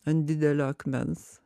ant didelio akmens